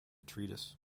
treatise